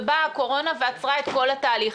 ובאה הקורונה ועצרה את כל התהליך.